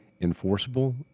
enforceable